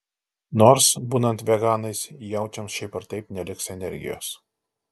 nors būnant veganais jaučiams šiaip ar taip neliks energijos